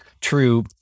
true